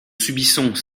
subissons